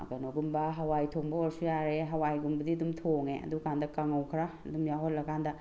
ꯀꯩꯅꯣꯒꯨꯝꯕ ꯍꯋꯥꯏ ꯊꯣꯡꯕ ꯑꯣꯏꯔꯁꯨ ꯌꯥꯔꯦ ꯍꯋꯥꯏꯒꯨꯝꯕꯗꯤ ꯑꯗꯨꯝ ꯊꯣꯡꯉꯦ ꯑꯗꯨꯀꯥꯟꯗ ꯀꯥꯡꯉꯧ ꯈꯔ ꯑꯗꯨꯝ ꯌꯥꯎꯍꯜꯂꯀꯥꯟꯗ